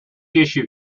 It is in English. issue